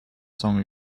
song